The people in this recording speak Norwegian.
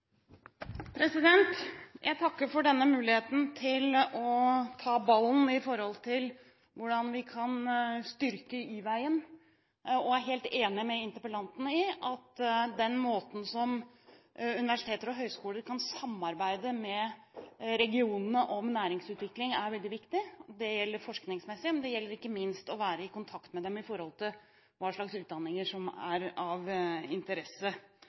helt enig med interpellanten i at den måten som universiteter og høyskoler kan samarbeide med regionene om næringsutvikling på, er veldig viktig. Det gjelder forskningsmessig, men det gjelder ikke minst ved å være i kontakt med dem med tanke på hva slags utdanninger som er av interesse,